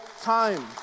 time